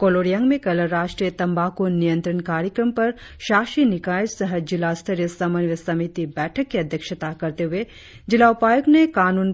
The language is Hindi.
कोलोरियांग में कल राष्ट्रीय तंबाकू नियंत्रण कार्यक्रम पर शाषी निकाय सह जिला स्तरीय समन्वय समिति बैठक की अध्यक्षता करते हुए जिला उपायुक्त ने कानून